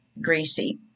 Gracie